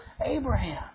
Abraham